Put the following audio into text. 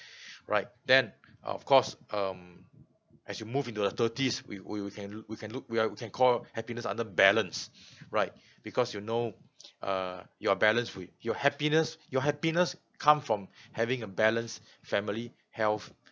right then of course um as you move into the thirties we we'll can l~ we can look we're we can call happiness under balance right because you know err you're balance with your happiness your happiness come from having a balanced family health